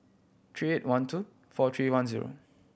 three eight one two four three one zero